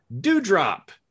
Dewdrop